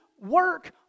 work